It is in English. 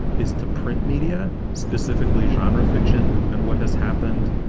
is to print media, specifically genre fiction and what has happened.